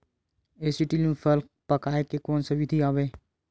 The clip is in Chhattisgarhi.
एसीटिलीन फल पकाय के कोन सा विधि आवे?